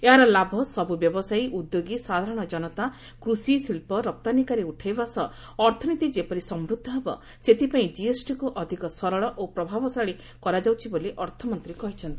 ଏହାର ଲାଭ ସବୁ ବ୍ୟବସାୟୀ ଉଦ୍ୟୋଗୀ ସାଧାରଣ ଜନତା କୃଷି ଶିଳ୍ପ ରପ୍ତାନୀକାରୀ ଉଠାଇବା ସହ ଅର୍ଥନୀତି ଯେପରି ସମୃଦ୍ଧ ହେବ ସେଥିପାଇଁ ଜିଏସ୍ଟିକୁ ଅଧିକ ସରଳ ଓ ପ୍ରଭାବଶାଳୀ କରାଯାଉଛି ବୋଲି ଅର୍ଥମନ୍ତ୍ରୀ କହିଚ୍ଛନ୍ତି